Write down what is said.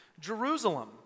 Jerusalem